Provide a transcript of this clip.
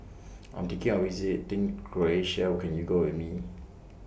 I'm thinking of visiting Croatia Can YOU Go with Me